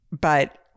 but-